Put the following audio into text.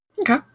Okay